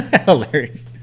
Hilarious